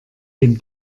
dem